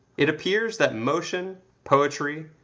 it appears that motion, poetry,